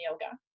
yoga